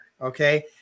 okay